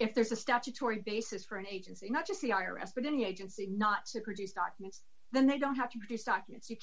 if there's a statutory basis for an agency not just the i r s but any agency not to produce documents then they don't have to